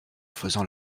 faisant